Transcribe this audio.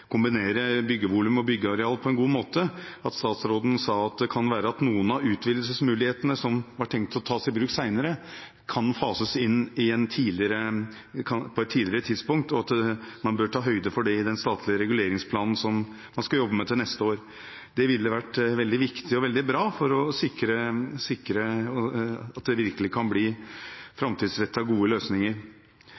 kombinere byggevolum og byggeareal på en god måte. Han sa at det kan være at noen av utvidelsesmulighetene som var tenkt tatt i bruk senere, kan fases inn på et tidligere tidspunkt, og at man bør ta høyde for det i den statlige reguleringsplanen som man skal jobbe med til neste år. Det ville vært veldig viktig og veldig bra for å sikre at det virkelig kan bli framtidsrettede, gode løsninger.